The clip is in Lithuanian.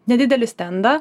nedidelį stendą